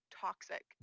toxic